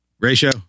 Ratio